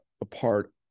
apart